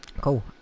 Cool